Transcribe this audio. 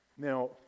Now